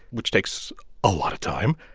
which takes a lot of time,